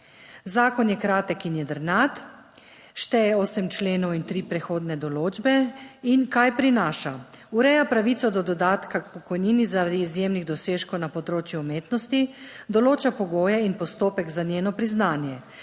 Zakon je kratek in jedrnat, šteje osem členov in tri prehodne določbe. In kaj prinaša? Ureja pravico do dodatka k pokojnini zaradi izjemnih dosežkov na področju umetnosti, določa pogoje in postopek za njeno priznanje.